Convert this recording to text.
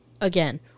again